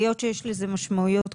היות שיש לזה משמעויות גבוהות,